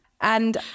And-